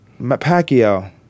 Pacquiao